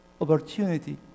opportunity